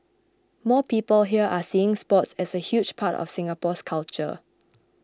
more people here are seeing sports as a huge part of Singapore's culture